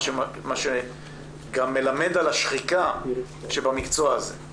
מה שגם מלמד על השחיקה שבמקצוע הזה.